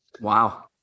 Wow